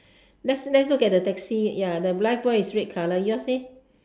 let's let's look at the taxi ya the life buoy is red colour yours leh